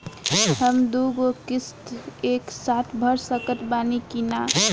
हम दु गो किश्त एके साथ भर सकत बानी की ना?